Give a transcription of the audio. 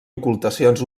ocultacions